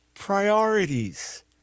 priorities